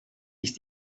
ist